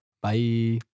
Bye